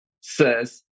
says